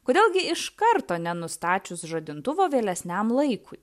kodėl gi iš karto nenustačius žadintuvo vėlesniam laikui